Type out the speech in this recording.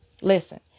listen